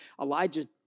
Elijah